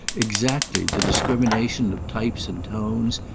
exactly the discrimination of types and tones,